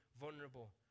vulnerable